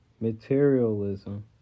materialism